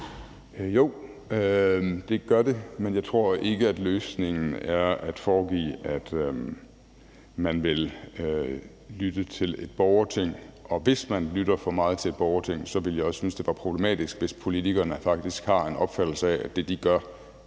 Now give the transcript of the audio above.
Jo, det gør det, men jeg tror ikke, at løsningen er at foregive, at man vil lytte til et borgerting. Og hvis man lytter for meget til et borgerting, ville jeg også synes, det var problematisk, hvis politikerne faktisk har en opfattelse af, at det, de gør,